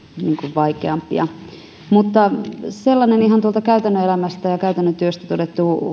vaikeampia mutta sellainen ihan tuolta käytännön elämästä ja käytännön työstä todettu